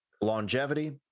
longevity